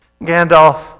Gandalf